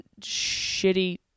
shitty